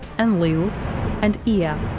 enlil and ea. yeah